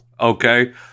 Okay